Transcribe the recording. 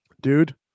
dude